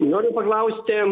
noriu paklausti